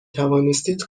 توانستید